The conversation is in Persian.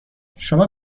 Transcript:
شما